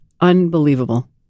unbelievable